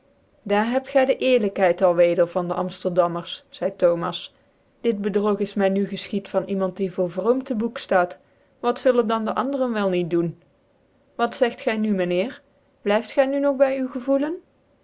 dur hebt gy dc eerlijkheid al weder van dc amfterdammcrs zcidc thomas dit bedrog is my nu gclchiecvan iemand die voor vroom tc bock flaat wat zullen dan dc anderen wel niet doen wat zege gy nu myn heer blyft gy nog by u gevoelen